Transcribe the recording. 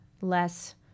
less